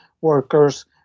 workers